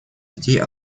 детей